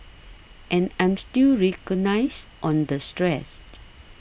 and I'm still recognised on the stress